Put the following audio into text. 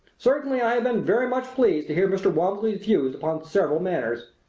certainly i have been very much pleased to hear mr. walmsley's views upon several matters.